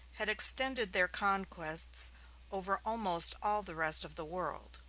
had extended their conquests over almost all the rest of the world.